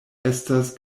estas